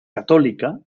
católica